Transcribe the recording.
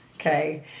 Okay